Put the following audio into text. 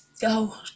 go